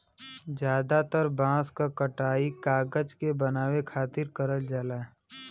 जादातर बांस क कटाई कागज के बनावे खातिर करल जाला